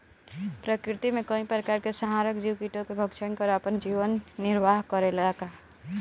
प्रकृति मे कई प्रकार के संहारक जीव कीटो के भक्षन कर आपन जीवन निरवाह करेला का?